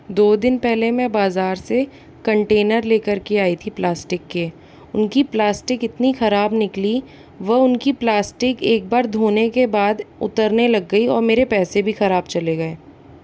दो दिन पहले मैं बाज़ार से कंटेनर लेकर के आई थी प्लास्टिक के उनकी प्लास्टिक इतनी ख़राब निकली व उनकी प्लास्टिक एक बार धोने के बाद उतरने लग गयी और मेरे पैसे भी ख़राब चले गऐ